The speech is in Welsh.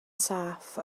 saff